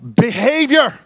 behavior